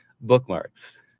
bookmarks